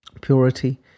purity